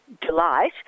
delight